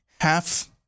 half